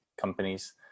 companies